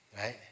right